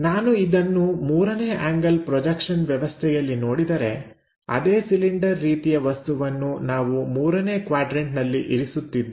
ನಾನು ಇದನ್ನು ಮೂರನೇ ಆಂಗಲ್ ಪ್ರೊಜೆಕ್ಷನ್ ವ್ಯವಸ್ಥೆಯಲ್ಲಿ ನೋಡಿದರೆ ಅದೇ ಸಿಲಿಂಡರ್ ರೀತಿಯ ವಸ್ತುವನ್ನು ನಾವು ಮೂರನೇ ಕ್ವಾಡ್ರನ್ಟನಲ್ಲಿ ಇರಿಸುತ್ತಿದ್ದೇವೆ